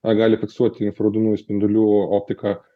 tą gali fiksuoti infraraudonųjų spindulių optika